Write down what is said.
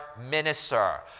minister